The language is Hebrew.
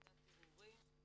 ועדת ערעורים.